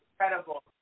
Incredible